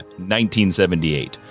1978